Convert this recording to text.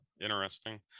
interesting